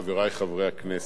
חברי חברי הכנסת,